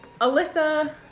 Alyssa